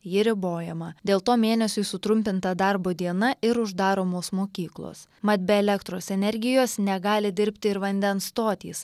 ji ribojama dėl to mėnesiui sutrumpinta darbo diena ir uždaromos mokyklos mat be elektros energijos negali dirbti ir vandens stotys